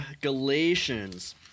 Galatians